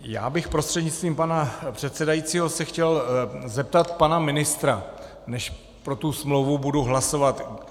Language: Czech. Já bych se prostřednictvím pana předsedajícího chtěl zeptat pana ministra, než pro tu smlouvu budu hlasovat.